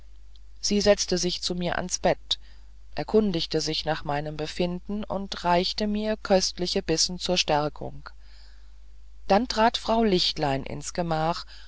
sie setzte sich zu mir ans bett erkundigte sich nach meinem befinden und reichte mir köstliche bissen zur stärkung dann trat frau lichtlein ins gemach